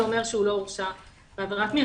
זה אומר שהוא לא הורשע בעבירת מין,